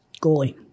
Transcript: goalie